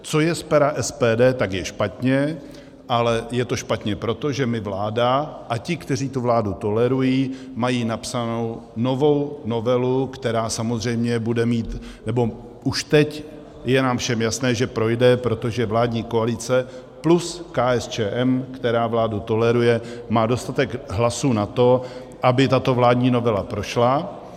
Co je z pera SPD, tak je špatně, ale je to špatně proto, že vláda a ti, kteří tu vládu tolerují, mají napsanou novou novelu, která samozřejmě bude mít, nebo už teď je nám všem jasné, že projde, protože vládní koalice plus KSČM, která vládu toleruje, má dostatek hlasů na to, aby tato vládní novela prošla.